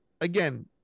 again